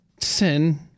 sin